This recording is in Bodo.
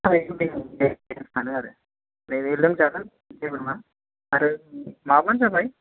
सानो आरो बा दे लोंजागोन जेबो नङा आरो माबाबानो जाबाय